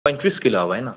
पंचवीस किलो हवं आहे ना